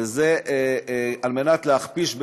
וזה כדי להכפיש,